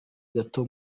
gato